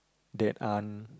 there aren't